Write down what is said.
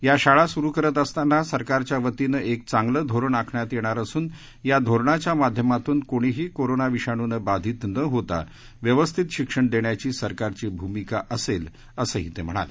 या शाळा सुरु करत असताना सरकारच्या वतीनं एक चांगलं धोरण आखण्यात येणार असून या धोरणाच्या माध्यमातून कोणीही कोरोना विषाणून बाधित न होता व्यवस्थित शिक्षण देण्याची सरकारची भूमिका असेल असंही ते म्हणाले